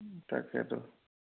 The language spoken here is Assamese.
তাকেতো